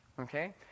okay